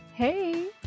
Hey